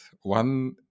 one